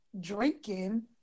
drinking